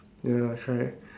ya that's right